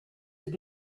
have